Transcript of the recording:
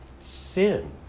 Sin